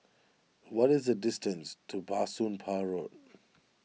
what is the distance to Bah Soon Pah Road